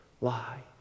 lie